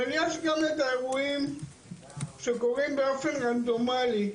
אבל יש גם את האירועים שקורים באופן רנדומלי,